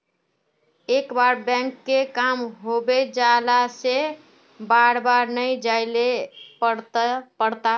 एक बार बैंक के काम होबे जाला से बार बार नहीं जाइले पड़ता?